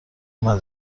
هام